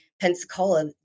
Pensacola